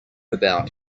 about